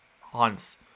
Hans